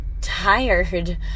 tired